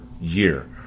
year